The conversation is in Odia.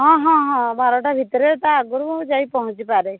ହଁ ହଁ ହଁ ବାରଟା ଭିତରେ ତା ଆଗରୁ ମୁଁ ଯାଇକି ପହଞ୍ଚିପାରେ